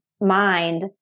mind